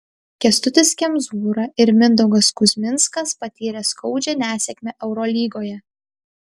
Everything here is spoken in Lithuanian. kęstutis kemzūra ir mindaugas kuzminskas patyrė skaudžią nesėkmę eurolygoje